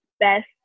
best